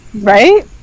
Right